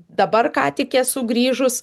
dabar ką tik esu grįžus